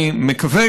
אני מקווה,